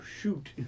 shoot